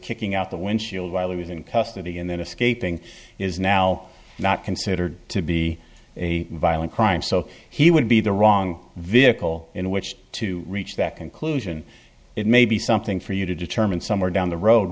kicking out the windshield while he was in custody and then escaping is now not considered to be a violent crime so he would be the wrong vehicle in which to reach that conclusion it may be something for you to determine somewhere down the road